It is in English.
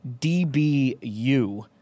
dbu